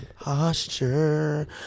Posture